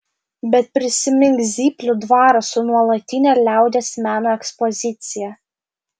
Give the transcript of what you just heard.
bet prisimink zyplių dvarą su nuolatine liaudies meno ekspozicija